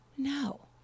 No